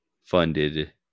funded